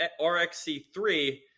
RxC3